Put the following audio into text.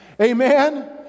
Amen